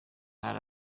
hari